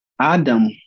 Adam